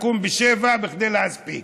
לקום ב-07:00 כדי להספיק.